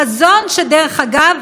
היושב-ראש חזון שדרך אגב,